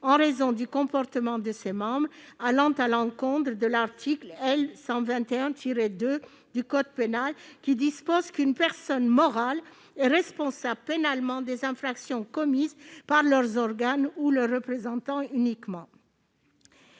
en raison du comportement de ses membres, ce qui va à l'encontre de l'article 121-2 du code pénal, qui dispose qu'une personne morale est responsable pénalement des seules infractions commises par ses organes ou représentants. Peut-on